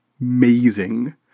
amazing